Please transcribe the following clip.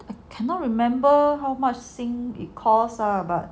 I cannot remember how much sing it course lah but